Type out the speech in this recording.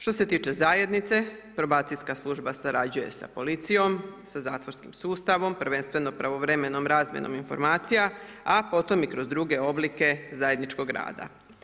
Što se tiče zajednice, probacijska služba surađuje sa policijom, sa zatvorskim sustavom prvenstveno pravovremenom razmjenom informacija a potom i kroz druge oblike zajedničkog rada.